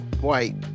white